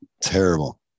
terrible